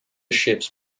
ships